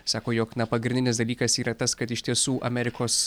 sako jog na pagrindinis dalykas yra tas kad iš tiesų amerikos